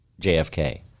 JFK